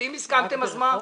ואם הסכמתם אז מה?